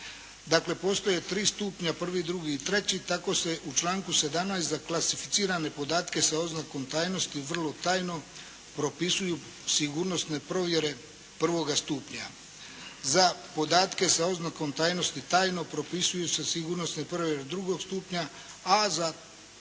Dakle, postoje tri stupnja, prvi, drugi i treći, tako se u članku 17. za klasificirane podatke sa oznakom tajnosti u vrlo tajno propisuju sigurnosne provjere prvoga stupnja. Za podatke sa oznakom tajnosti tajno, propisuju se sigurnosne provjere drugog stupnja, a za